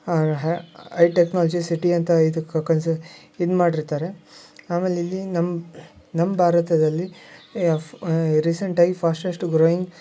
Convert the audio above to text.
I technology city ಅಂತ ಇದಕ್ಕೆ ಕನ್ಸಿ ಇದು ಮಾಡಿರ್ತಾರೆ ಆಮೇಲೆ ಇಲ್ಲಿ ನಮ್ಮ ನಮ್ಮ ಭಾರತದಲ್ಲಿ ಎಫ್ ರೀಸೆಂಟಾಗಿ ಫಾಶ್ಟೆಶ್ಟ್ ಗ್ರೋಯಿಂಗ್